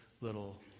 little